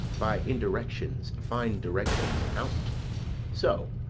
by indirections find directions out so,